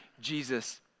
Jesus